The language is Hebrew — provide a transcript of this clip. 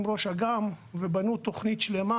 ישבנו עם ראש אג״מ ונבנתה תוכנית שלמה,